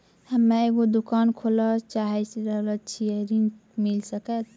हम्मे एगो दुकान खोले ला चाही रहल छी ऋण मिल सकत?